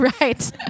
Right